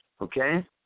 okay